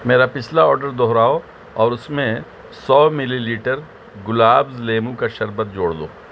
میرا پچھلا آرڈر دوہراؤ اور اس میں سو ملی لیٹر گلاب لیمو کا شربت جوڑ دو